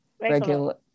Regular